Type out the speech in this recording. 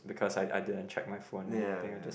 because I I didn't check my phone and anything I just